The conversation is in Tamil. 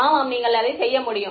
ஆமாம் நீங்கள் அதை செய்ய முடியும்